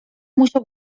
musiał